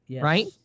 Right